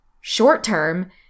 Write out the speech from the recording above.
short-term